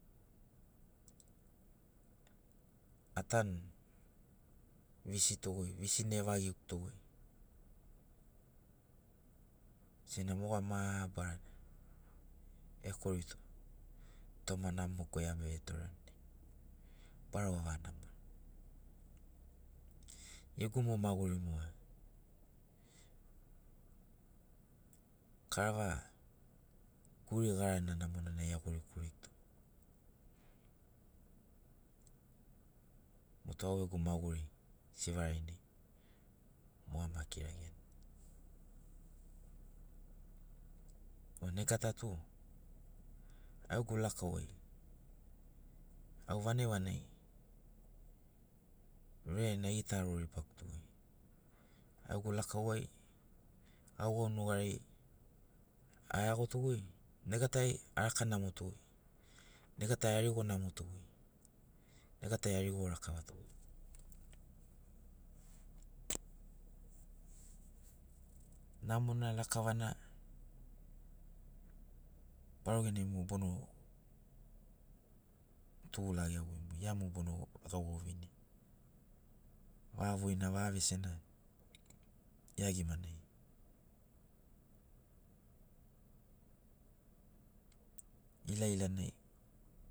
Atanu visito visi na evagiguto sena moga mabarana ekorito toma namoguai avetoreni barau avaga namoani gegu mo maguri moga karava guri garanana eagori kureguto motu au gegu maguri sivaraina moga ama kiraiani o nega ta tu au gegu lakau ai au vanagi vanagi verena egita aroribaguto agu lakau ai gaugau nugariai aeagotogoi nega tai araka namoto nega tai arigo namoto nega tai arigo rakavato namona lakavana barau genai mo bono tugu lageagoi gia mo bono gaugau vinia vaga voina vaga vesena gia gimanai ilailanai